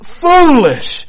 foolish